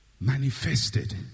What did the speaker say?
Manifested